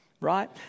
Right